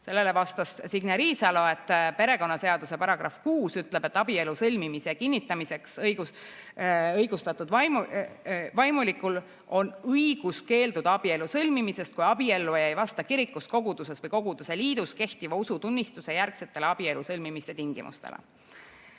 Sellele vastas Signe Riisalo, et perekonnaseaduse § 6 ütleb, et abielu sõlmimise kinnitamiseks õigustatud vaimulikul on õigus keelduda abielu sõlmimisest, kui abielluja ei vasta kirikus, koguduses või koguduste liidus kehtiva usutunnistuse järgsetele abielu sõlmimise tingimustele.